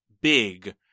big